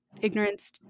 Ignorance